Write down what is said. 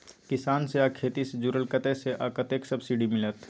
किसान से आ खेती से जुरल कतय से आ कतेक सबसिडी मिलत?